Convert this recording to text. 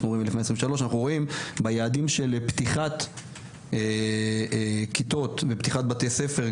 אנחנו רואים ביעדים של פתיחת כיתות ופתיחת בתי ספר,